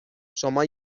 شما